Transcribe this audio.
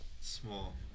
Small